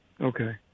Okay